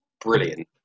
brilliant